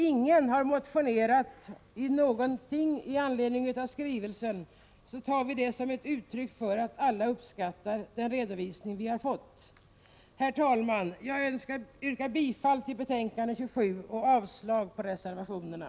Ingen har motionerat om någonting i anledning av skrivelsen, och det tar vi som ett uttryck för att alla uppskattar denna redovisning. Herr talman! Jag yrkar bifall till utskottets hemställan i betänkande nr 27 och avslag på reservationerna.